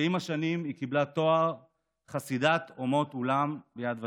שעם השנים קיבלה תואר חסידת אומות עולם מיד ושם".